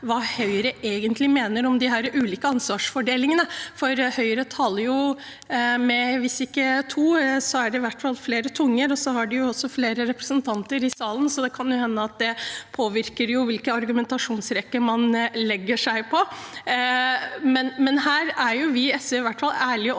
hva Høyre egentlig mener om disse ulike ansvarsfordelingene, for Høyre taler med ikke bare to, men flere tunger. De har også flere representanter i salen, så det kan hende at det påvirker hvilke argumentasjonsrekker man legger seg på. Her er vi i SV i hvert fall ærlige på